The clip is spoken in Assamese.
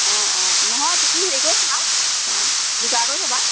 অঁ অঁ নহয় তুমি হেৰি কৰি থকা অঁ যোগাৰ কৰি থ'বা